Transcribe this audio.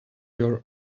your